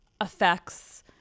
affects